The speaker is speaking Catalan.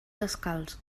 descalç